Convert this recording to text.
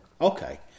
okay